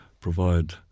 provide